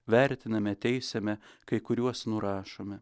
vertiname teisiame kai kuriuos nurašome